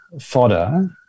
fodder